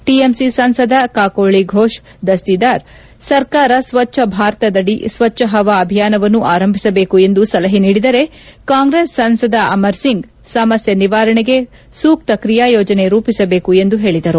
TMC ಸಂಸದ ಕಾಕೋಳಿ ಫೋಷ್ ದಸ್ತೀದಾರ್ ಸರ್ಕಾರ ಸ್ವಜ್ವ ಭಾರತದಡಿ ಸ್ವಜ್ವ ಪವಾ ಅಭಿಯಾನವನ್ನು ಆರಂಭಿಸಬೇಕು ಎಂದು ಸಲಪೆ ನೀಡಿದರೆ ಕಾಂಗ್ರೆಸ್ ಸಂಸದ ಅಮರ್ ಸಿಂಗ್ ಸಮಸ್ತೆ ನಿವಾರಣೆಗೆ ಸೂಕ್ತ ಕ್ರಿಯಾ ಯೋಜನೆ ರೂಪಿಸಬೇಕು ಎಂದು ಪೇಳಿದರು